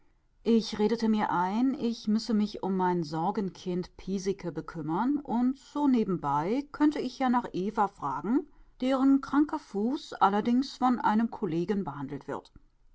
ich redete mir ein ich müsse mich um mein sorgenkind piesecke bekümmern und so nebenbei könne ich ja nach eva fragen deren kranker fuß allerdings von einem kollegen behandelt wird